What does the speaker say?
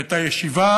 את הישיבה,